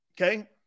Okay